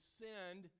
send